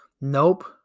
Nope